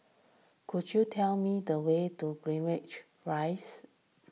could you tell me the way to Greendale Rise